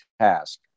task